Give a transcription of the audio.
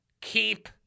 Keep